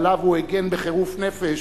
שעליו הוא הגן בחירוף נפש,